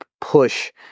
push